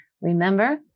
Remember